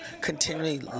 continually